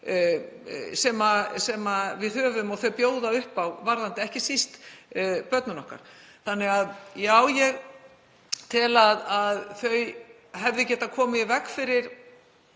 sem við höfum og þau bjóða upp á, ekki síst fyrir börnin okkar. Þannig að já, ég tel að þau hefðu getað komið í veg fyrir